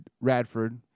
Radford